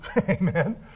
Amen